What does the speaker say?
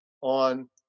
on